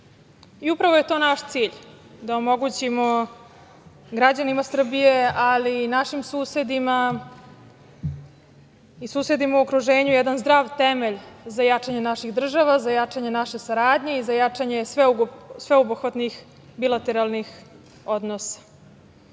Upravo je to naš cilj, da omogućimo građanima Srbije, ali i našim susedima i susedima u okruženju jedan zdrav temelj za jačanje naših država, za jačanje naše saradnje i za jačanje sveobuhvatnih bilateralnih odnosa. Ukoliko